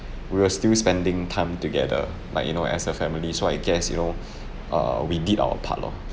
we were still spending time together like you know as a family so I guess you know err we did our part loh